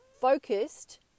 focused